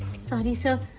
sorry sir,